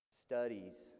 studies